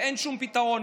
ואין שום פתרון,